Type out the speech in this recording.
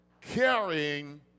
carrying